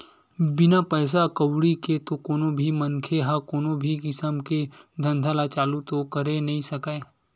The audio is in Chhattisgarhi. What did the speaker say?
बिना पइसा कउड़ी के तो कोनो भी मनखे ह कोनो भी किसम के धंधा ल चालू तो करे नइ सकय